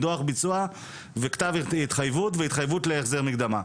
דוח ביצוע וכתב התחייבות והתחייבות להחזר מקדמה,